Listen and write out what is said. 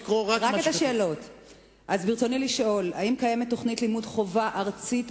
רצוני לשאול: 1. האם קיימת תוכנית לימוד חובה ארצית,